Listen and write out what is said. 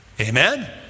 Amen